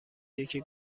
یکی